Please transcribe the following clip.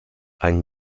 ein